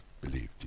believed